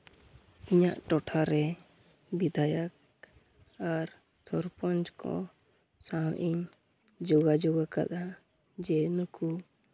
ᱤᱧᱟᱹᱜ ᱴᱚᱴᱷᱟ ᱨᱮ ᱵᱤᱫᱷᱟᱭᱚᱠ ᱟᱨ ᱥᱚᱨᱯᱚᱧᱡᱽ ᱠᱚ ᱥᱟᱶ ᱤᱧ ᱡᱳᱜᱟᱡᱳᱜᱟᱠᱟᱫᱼᱟ ᱡᱮ ᱱᱩᱠᱩ